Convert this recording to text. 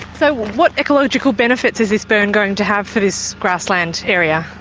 so what ecological benefits is this burn going to have for this grassland area?